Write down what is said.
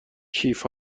کیف